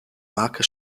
marke